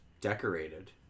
decorated